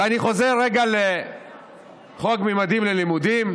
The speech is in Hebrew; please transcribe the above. ואני חוזר רגע לחוק ממדים ללימודים.